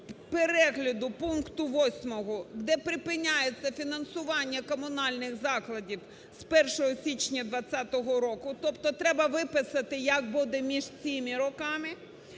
перегляду пункту 8, де припиняється фінансування комунальних закладів з 1 січня 2020 року, тобто треба виписати, як буде між цими роками.